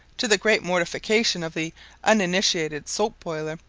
to the great mortification of the uninitiated soap-boiler,